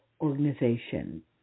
organization